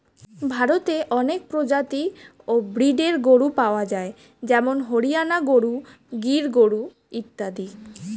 ভারতে অনেক প্রজাতি ও ব্রীডের গরু পাওয়া যায় যেমন হরিয়ানা গরু, গির গরু ইত্যাদি